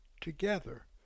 together